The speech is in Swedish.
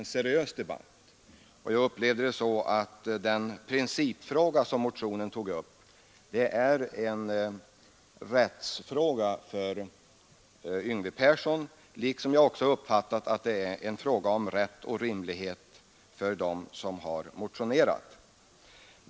Jag upplevde Yngve Perssons inlägg så att den principfråga motionen tog upp framstår för honom som en rättfärdighetsfråga. Jag uppfattar det också så att för motionärerna rör denna fråga vad som är rätt och rimligt.